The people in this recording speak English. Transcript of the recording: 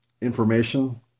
information